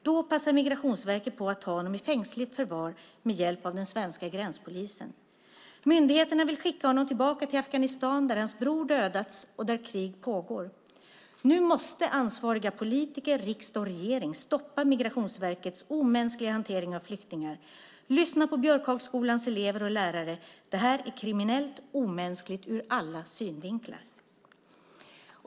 Då passar Migrationsverket på att ta honom i fängsligt förvar med hjälp av den svenska gränspolisen. Myndigheterna vill skicka honom tillbaka till Afghanistan där hans bror dödats och där krig pågår. Nu måste ansvariga politiker, riksdag och regering stoppa Migrationsverkets omänskliga hantering av flyktingar. Lyssna på Björkhagsskolans elever och lärare, det här är kriminellt omänskligt ur alla synvinklar!